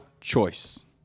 choice